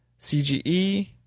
CGE